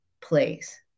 place